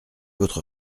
votre